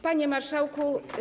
Panie Marszałku!